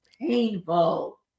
painful